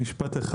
רק משפט אחד.